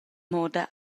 moda